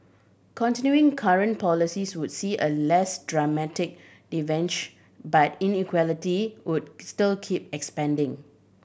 continuing current policies would see a less dramatic divergence but inequality would still keep expanding